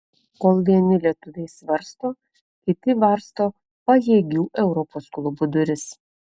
kol vieni lietuviai svarsto kiti varsto pajėgių europos klubų duris